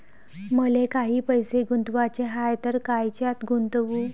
मले काही पैसे गुंतवाचे हाय तर कायच्यात गुंतवू?